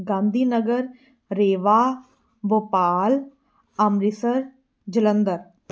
Gandhinagar Rewa Bhopal Amritsar Jalandhar